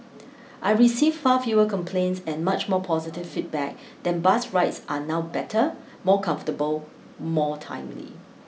I receive far fewer complaints and much more positive feedback that bus rides are now better more comfortable more timely